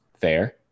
Fair